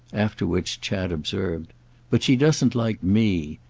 after which chad observed but she doesn't like me.